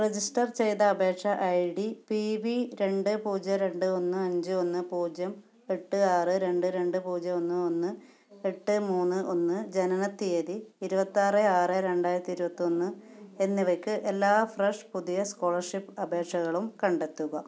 register ചെയ്ത അപേക്ഷ I D P V രണ്ട് പൂജ്യം രണ്ട് ഒന്ന് അഞ്ച് ഒന്ന് പൂജ്യം എട്ട് ആറ് രണ്ട് രണ്ട് പൂജ്യം ഒന്ന് ഒന്ന് എട്ട് മൂന്ന് ഒന്ന് ജനന തീയതി ഇരുപത്തിയാറ് ആറ് രണ്ടായിരത്തി ഇരുപത്തിയൊന്ന് എന്നിവയ്ക്ക് എല്ലാ ഫ്രഷ് പുതിയ സ്കോളർഷിപ്പ് അപേക്ഷകളും കണ്ടെത്തുക